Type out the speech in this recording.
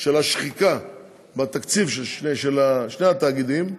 של השחיקה בתקציב של שני התאגידים,